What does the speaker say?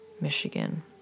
Michigan